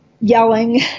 yelling